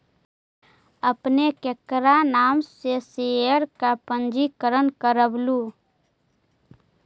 आपने केकर नाम से शेयर का पंजीकरण करवलू